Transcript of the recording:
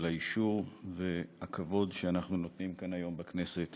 על האישור והכבוד שאנחנו נותנים כאן היום בכנסת